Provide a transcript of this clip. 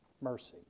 mercy